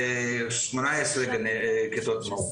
יש 18 כיתות מעוף.